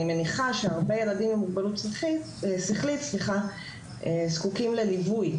אני מניחה שהרבה ילדים עם מוגבלות שכלית זקוקים לליווי